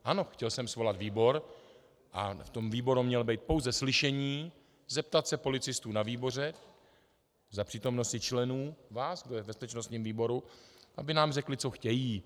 Ano, chtěl jsem svolat výbor a v tom výboru mělo být pouze slyšení, zeptat se policistů na výboru za přítomnosti členů, vás, kdo je v bezpečnostním výboru, aby nám řekli, co chtějí.